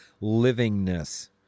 livingness